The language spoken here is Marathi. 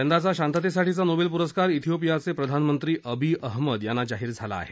यंदाचा शांततेसाठीचा नोबेल पुरस्कार इथिओपियाचे प्रधानमंत्री अबी अहमद यांना जाहीर झाला आहे